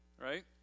right